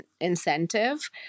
incentive